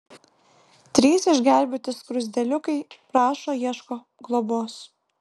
trys išgelbėti skruzdėliukai prašo ieško globos